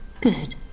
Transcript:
Good